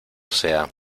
sea